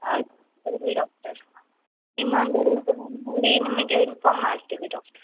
ಆಯ್ತು ಸರಿ ಡಾಕ್ಟರ್ ಇನ್ನೊಂದು ಎರಡು ದಿನ ನೋಡಿ ನಿಮಗೆ ಇನ್ಫಾರ್ಮ್ ಮಾಡ್ತೀವಿ ಡಾಕ್ಟರ್